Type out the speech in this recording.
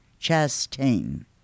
Chastain